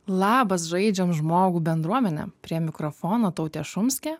labas žaidžiam žmogų bendruomene prie mikrofono tautė šumskė